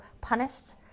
punished